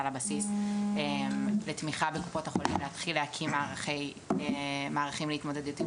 לבסיס לתמיכה בקופות החולים להקים מערך להתמודדות עם